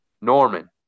Norman